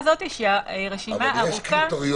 זה לא התפקיד